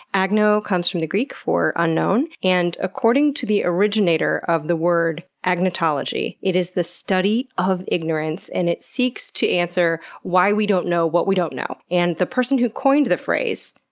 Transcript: agno comes from greek for unknown, and according to the originator of the word agnotology, it is the study of ignorance and it seeks to answer why we don't know what we don't know. and the person who coined the phrase,